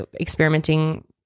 experimenting